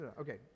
Okay